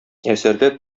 әсәрдә